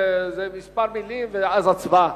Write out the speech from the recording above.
זה כמה מלים, ואז הצבעה.